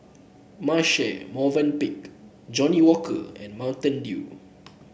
Marche Movenpick Johnnie Walker and Mountain Dew